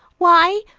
why,